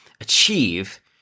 achieve